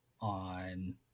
on